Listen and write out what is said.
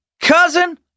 cousin